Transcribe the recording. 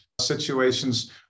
situations